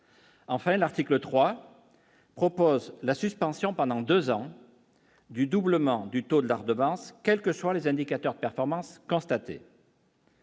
Enfin, l'article 3 propose la suspension pendant 2 ans du doublement du taux de la redevance, quelles que soient les indicateurs de performance constatée.